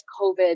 COVID